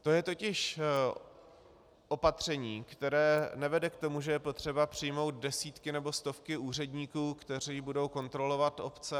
To je totiž opatření, které nevede k tomu, že je potřeba přijmout desítky nebo stovky úředníků, kteří budou kontrolovat obce.